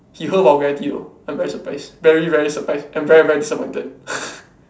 he hurled vulgarity though I'm very surprised very very surprised and very very disappointed